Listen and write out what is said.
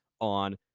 on